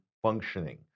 functioning